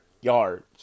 yards